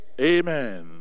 Amen